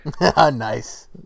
Nice